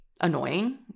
annoying